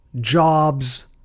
Jobs